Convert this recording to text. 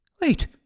Wait